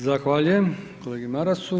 Zahvaljujem kolegi Marasu.